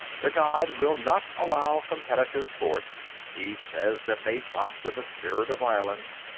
the guide will not allow competitive sports he says that they foster the spirit of violence.